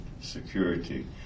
security